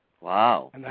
Wow